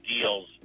deals